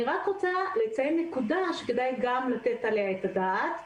אני רוצה לציין נקודה שכדאי לתת עליה את הדעת.